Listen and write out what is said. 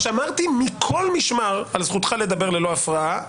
שמרתי מכל משמר על זכותך לדבר ללא הפרעה.